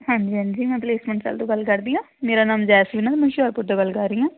ਹਾਂਜੀ ਹਾਂਜੀ ਮੈਂ ਪਲੇਸਮੈਂਟ ਸੈੱਲ ਤੋਂ ਗੱਲ ਕਰਦੀ ਹਾਂ ਮੇਰਾ ਨਾਮ ਜੈਸਮੀਨ ਆ ਅਤੇ ਮੈਂ ਹੁਸ਼ਿਆਰਪੁਰ ਤੋਂ ਗੱਲ ਕਰ ਰਹੀ ਹਾਂ